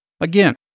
Again